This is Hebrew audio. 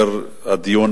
זה בזכות סגן המזכירה.